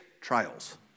trials